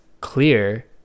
clear